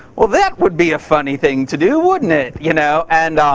well, that would be a funny thing to do, wouldn't it? you know and